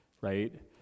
right